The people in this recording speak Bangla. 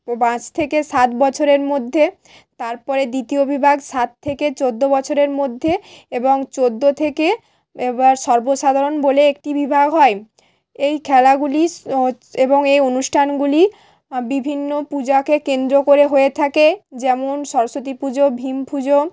পাঁচ থেকে সাত বছরের মধ্যে তারপরে দ্বিতীয় বিভাগ সাত থেকে চোদ্দো বছরের মধ্যে এবং চোদ্দো থেকে এবার সর্ব সাধারণ বলে একটি বিভাগ হয় এই খেলাগুলি এবং এ অনুষ্ঠানগুলি বিভিন্ন পূজাকে কেন্দ্র করে হয়ে থাকে যেমন সরস্বতী পুজো ভীম ফুজো